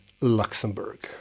Luxembourg